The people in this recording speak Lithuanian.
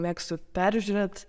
mėgstu peržiūrėt